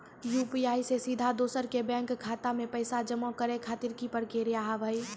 UPI से सीधा दोसर के बैंक खाता मे पैसा जमा करे खातिर की प्रक्रिया हाव हाय?